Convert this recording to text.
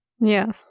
Yes